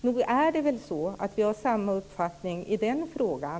Nog har vi väl samma uppfattning i den frågan?